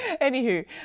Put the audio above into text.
anywho